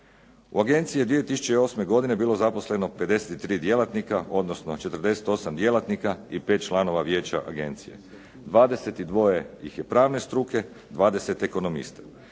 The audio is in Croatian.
U agenciji je 2008. godine bilo zaposleno 53 djelatnika odnosno 48 djelatnika i 5 članova vijeća agencije. 22 ih je pravne struke, 20 ekonomista.